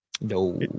No